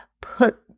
put